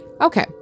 Okay